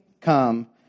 come